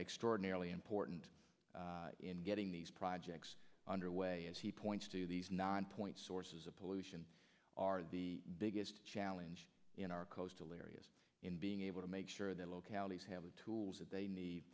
extraordinarily important in getting these projects underway as he points to these non point sources of pollution are the biggest challenge in our coastal areas in being able to make sure that localities have the tools that they need